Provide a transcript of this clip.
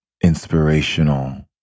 inspirational